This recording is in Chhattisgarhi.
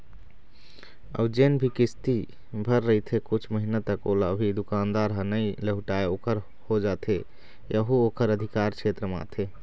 अउ जेन भी किस्ती भर रहिथे कुछ महिना तक ओला भी दुकानदार ह नइ लहुटाय ओखर हो जाथे यहू ओखर अधिकार छेत्र म आथे